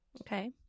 Okay